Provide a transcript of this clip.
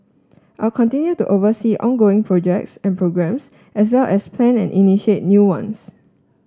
I will continue to oversee ongoing projects and programmes as well as plan and initiate new ones